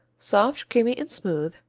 soft, creamy and smooth,